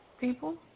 people